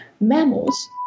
mammals